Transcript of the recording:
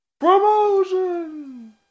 Promotion